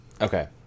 Okay